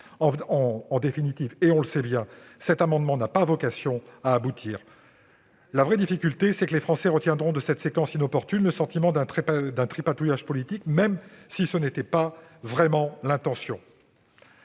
En définitive, et on le sait bien, cet amendement n'a pas vocation à aboutir. La vraie difficulté, c'est que les Français retiendront de cette séquence inopportune le sentiment d'un tripatouillage politique, même si ce n'était pas vraiment l'intention.